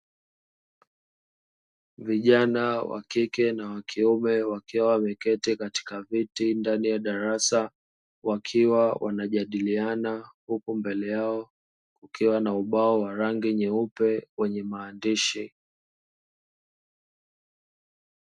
vijana wa kike na wakiume wakiwa wameketi katika viti ndani ya darasa, wakiwa wanajadiliana huku mbele yao kukiwa na ubao wa rangi nyeupe wenye maandishi.